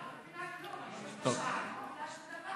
אני לא מבינה כלום, שום דבר.